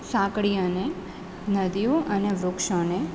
સાંકળી અને નદીઓ અને વૃક્ષોને